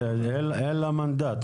אין לה מנדט.